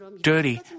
dirty